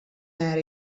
era